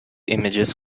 images